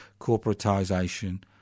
corporatisation